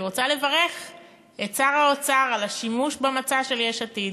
אני רוצה לברך את שר האוצר על השימוש במצע של יש עתיד,